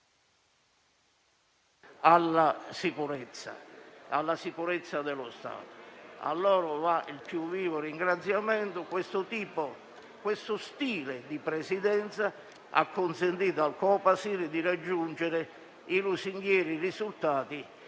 della sicurezza dello Stato. A loro va il più vivo ringraziamento. Questo stile di Presidenza ha consentito al Copasir di raggiungere i lusinghieri risultati